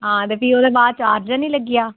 हां ते भी ओह्दे बाद चार्ज निं लग्गेआ